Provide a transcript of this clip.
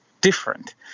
different